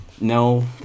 no